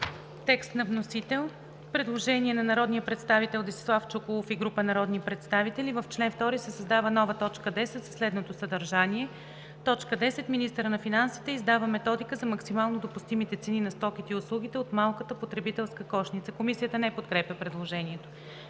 текст на вносител. Предложение на народния представител Десислав Чуколов и група народни представители: „В чл. 2 се създава нова т. 10 със следното съдържание: „10. министърът на финансите издава методика за максимално допустимите цени на стоките и услугите от малката потребителска кошница.“ Комисията не подкрепя предложението.